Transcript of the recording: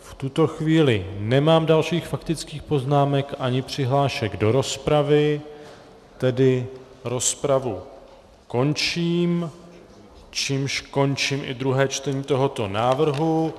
V tuto chvíli nemám dalších faktických poznámek ani přihlášek do rozpravy, tedy rozpravu končím, čímž končím i druhé čtení tohoto návrhu.